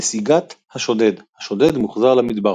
נסיגת השודד - השודד מוחזר למדבר.